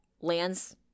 lands